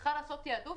צריכים לעשות תעדוף,